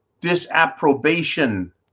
disapprobation